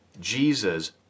Jesus